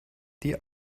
die